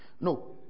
No